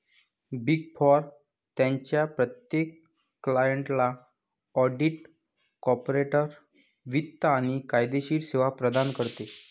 big four त्यांच्या प्रत्येक क्लायंटला ऑडिट, कॉर्पोरेट वित्त आणि कायदेशीर सेवा प्रदान करते